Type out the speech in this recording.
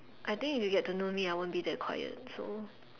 I think if you get to know me I won't be that quiet so